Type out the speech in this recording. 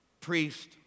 Priest